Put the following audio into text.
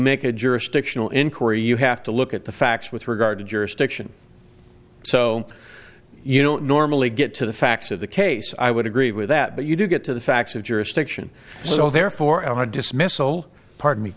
make a jurisdictional inquiry you have to look at the facts with regard to jurisdiction so you don't normally get to the facts of the case i would agree with that but you do get to the facts of jurisdiction so therefore i dismissal pardon me